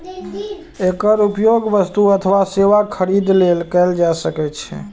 एकर उपयोग वस्तु अथवा सेवाक खरीद लेल कैल जा सकै छै